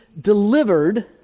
delivered